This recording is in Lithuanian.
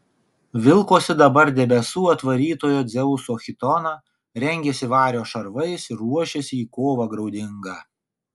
vilkosi dabar debesų atvarytojo dzeuso chitoną rengėsi vario šarvais ir ruošėsi į kovą graudingą